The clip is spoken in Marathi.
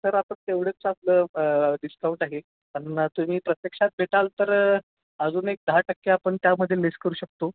सर आपण तेवढंच आपलं डिस्काउंट आहे पण तुम्ही प्रत्यक्षात भेटाल तर अजून एक दहा टक्के आपण त्यामध्ये लेस करू शकतो